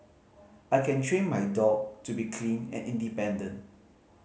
I can train my dog to be clean and independent